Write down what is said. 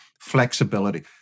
flexibility